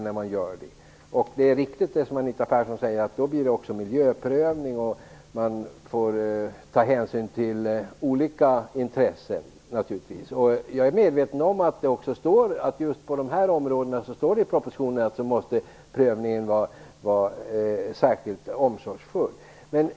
Det är riktigt att det, som Anita Persson säger, då också blir miljöprövning och att man då naturligtvis får ta hänsyn till olika intressen. Jag är medveten om att det i propositionen står att prövningen i dessa ärenden måste vara särskilt omsorgsfull.